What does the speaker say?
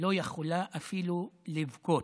לא יכולה אפילו לבכות.